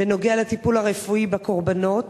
בנוגע לטיפול הרפואי בקורבנות.